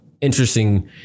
interesting